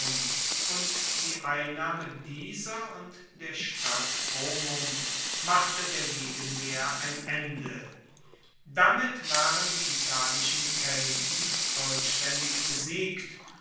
und die einnahme dieser und der stadt comum machte der gegenwehr ein ende damit waren die italischen kelten vollstaendig besiegt